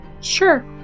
Sure